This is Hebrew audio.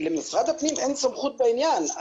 למשרד הפנים אין סמכות בעניין.